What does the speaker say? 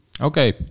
Okay